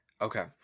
okay